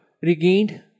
regained